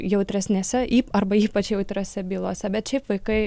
jautresnėse arba ypač jautriose bylose bet šiaip vaikai